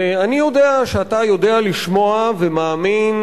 ואני יודע שאתה יודע לשמוע ומאמין